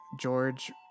George